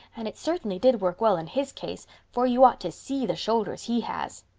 and it certainly did work well in his case, for you ought to see the shoulders he has.